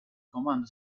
comando